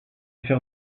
fer